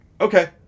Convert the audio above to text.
Okay